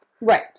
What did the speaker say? Right